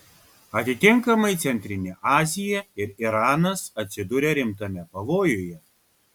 atitinkamai centrinė azija ir iranas atsiduria rimtame pavojuje